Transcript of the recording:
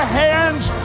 hands